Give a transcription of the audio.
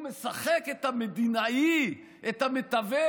הוא משחק את המדינאי, את המתווך?